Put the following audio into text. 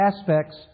aspects